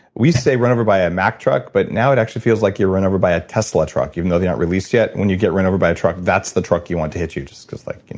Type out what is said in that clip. we say run over by a mack truck, but now it actually feels like you were run over by a tesla truck, even though they aren't released yet. when you get run over by a truck, that's the truck you want to hit you, just because like you know.